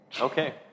Okay